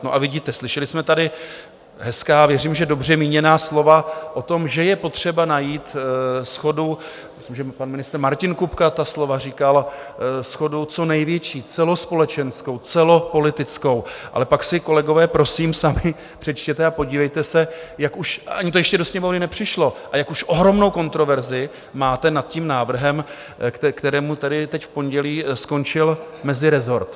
No a vidíte, slyšeli jsme tady hezká, věřím, že dobře míněná slova o tom, že je potřeba najít shodu, myslím, že pan ministr Martin Kupka ta slova říkal, shodu co největší, celospolečenskou, celopolitickou, ale pak si kolegové, prosím, sami přečtěte a podívejte se, jak už, ani to ještě do Sněmovny nepřišlo, a jak už ohromnou kontroverzi máte nad tím návrhem, kterému teď v pondělí skončil mezirezort.